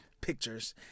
pictures